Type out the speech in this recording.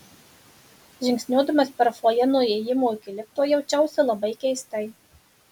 žingsniuodamas per fojė nuo įėjimo iki lifto jaučiausi labai keistai